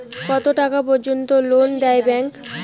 কত টাকা পর্যন্ত লোন দেয় ব্যাংক?